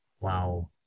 wow